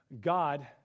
God